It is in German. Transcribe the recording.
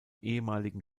ehemaligen